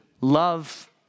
love